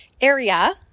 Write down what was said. area